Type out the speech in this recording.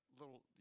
little